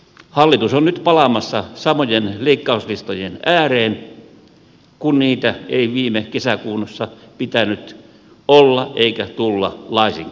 hallitus on nyt palaamassa samojen leikkauslistojen ääreen kun niitä ei viime kesäkuussa pitänyt olla eikä tulla laisinkaan